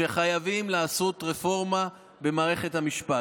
שחייבים לעשות רפורמה במערכת המשפט,